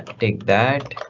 take that